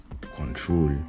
control